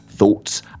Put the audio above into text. Thoughts